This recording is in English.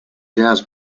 jazz